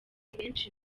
benshi